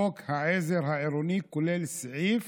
חוק העזר העירוני כולל סעיף